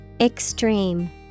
Extreme